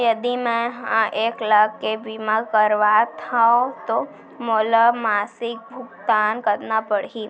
यदि मैं ह एक लाख के बीमा करवात हो त मोला मासिक भुगतान कतना पड़ही?